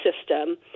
system